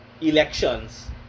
elections